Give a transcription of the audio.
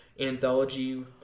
anthology